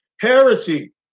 heresy